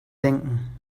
denken